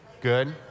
good